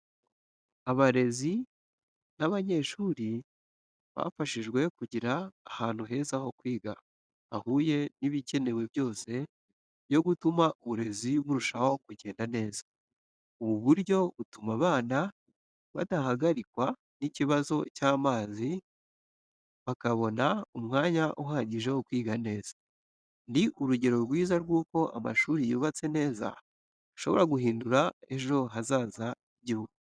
Abarezi n’abanyeshuri bafashijwe kugira ahantu heza ho kwiga, hahuye n’ibikenewe byose byo gutuma uburezi burushaho kugenda neza. Ubu buryo butuma abana badahagarikwa n’ikibazo cy’amazi, bakabona umwanya uhagije wo kwiga neza. Ni urugero rwiza rw’uko amashuri yubatse neza ashobora guhindura ejo hazaza h’igihugu.